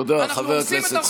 תודה, חבר הכנסת סמוטריץ'.